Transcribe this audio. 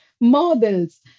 models